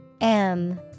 -M